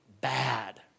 bad